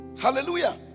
Hallelujah